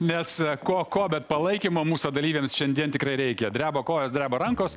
nes ko ko bet palaikymą mūsų dalyviams šiandien tikrai reikia dreba kojos dreba rankos